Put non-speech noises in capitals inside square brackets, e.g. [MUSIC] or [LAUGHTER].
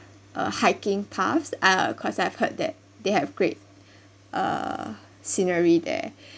uh hiking paths uh cause I've heard that they have great uh scenery there [BREATH]